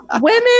Women